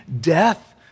death